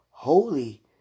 Holy